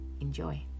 Enjoy